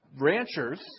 ranchers